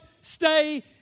stay